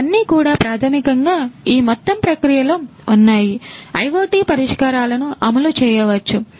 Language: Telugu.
ఇవన్నీ కూడా ప్రాథమికంగా ఈ మొత్తం ప్రక్రియలో ఉన్నాయి IoT పరిష్కారాలను అమలు చేయవచ్చు